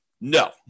No